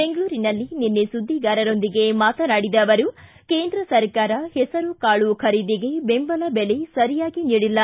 ಬೆಂಗಳೂರಿನಲ್ಲಿ ನಿನ್ನೆ ಸುದ್ದಿಗಾರರೊಂದಿಗೆ ಮಾತನಾಡಿದ ಅವರು ಕೇಂದ್ರ ಸರ್ಕಾರ ಹೆಸರು ಕಾಳು ಖರೀದಿಗೆ ಬೆಂಬಲ ಬೆಲೆ ಸರಿಯಾಗಿ ನೀಡಿಲ್ಲ